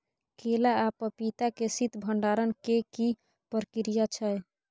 केला आ पपीता के शीत भंडारण के की प्रक्रिया छै?